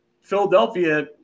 Philadelphia